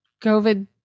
COVID